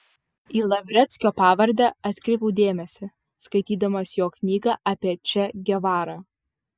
į lavreckio pavardę atkreipiau dėmesį skaitydamas jo knygą apie če gevarą